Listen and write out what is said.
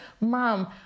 Mom